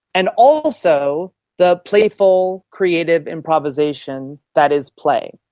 and also the playful, creative improvisation that is play.